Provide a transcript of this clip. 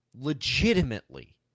legitimately –